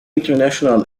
international